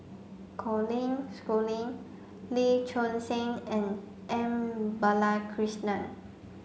Colin Schooling Lee Choon Seng and M Balakrishnan